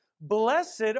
Blessed